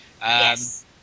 yes